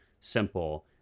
simple